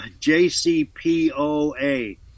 JCPOA